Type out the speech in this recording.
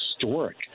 historic